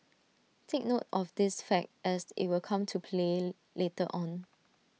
take note of this fact as IT will come to play later on